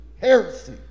heresy